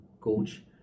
coach